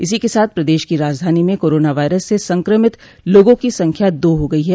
इसी के साथ प्रदेश की राजधानी में कोरोना वायरस से संकमित लोगों की संख्या दो हो गयी है